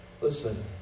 Listen